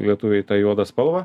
lietuviai tą juodą spalvą